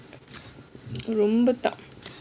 ரொம்ப தா:romba tha